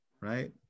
right